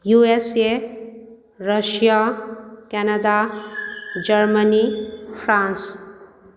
USA Russia Canada Germany France